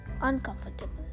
uncomfortable